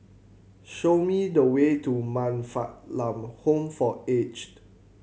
show me the way to Man Fatt Lam Home for Aged